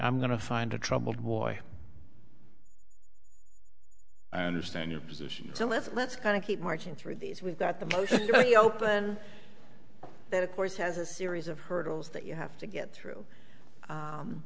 i'm going to find a troubled boy i understand your position so let's kind of keep marching through these we've got the most open that of course has a series of hurdles that you have to get through